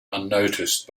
unnoticed